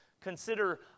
Consider